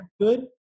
good